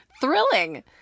thrilling